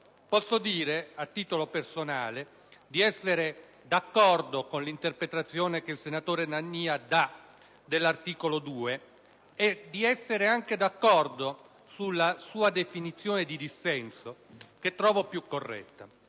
Posso dire, a titolo personale, di essere d'accordo con l'interpretazione che il senatore Nania dà dell'articolo 2 e di essere anche d'accordo sulla sua definizione di dissenso, che trovo più corretta.